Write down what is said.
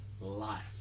life